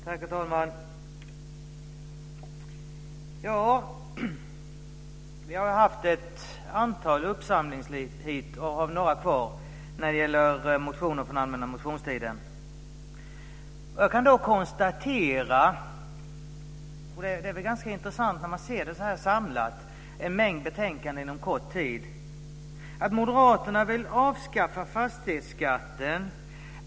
Herr talman! Vi har haft ett antal uppsamlingsheat, och har väl några kvar, med motioner från den allmänna motionstiden. Jag kan konstatera - och det är ganska intressant när man ser en mängd betänkanden samlade på kort tid - att Moderaterna vill avskaffa fastighetsskatten.